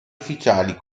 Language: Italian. ufficiali